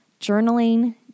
journaling